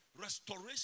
restoration